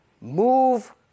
Move